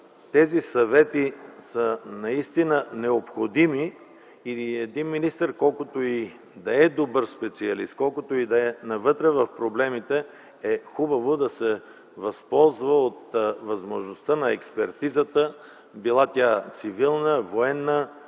Тези съвети наистина са необходими. Един министър, колкото и да е добър специалист, колкото и да е навътре в проблемите, е хубаво да се възползва от възможността на експертизата – била тя цивилна, военна,